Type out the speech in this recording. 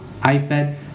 iPad